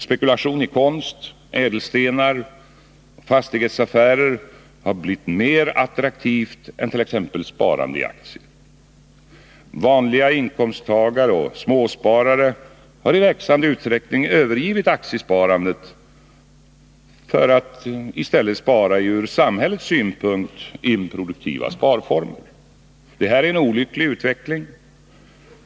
Spekulation i konst, ädelstenar och fastighetsaffärer har blivit mer attraktivt än sparande i aktier. Vanliga inkomsttagare och småsparare har i växande utsträckning övergivit aktiesparandet för att i stället spara i från samhällets synpunkt improduktiva sparformer. Det här är en olycklig utveckling.